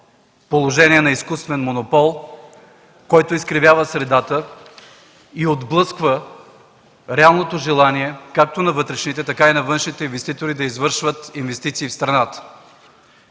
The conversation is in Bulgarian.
положение на изкуствен монопол, който изкривява средата и отблъсква реалното желание както на вътрешните, така и на външните инвеститори да извършват инвестиции в страната.